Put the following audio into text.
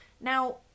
Now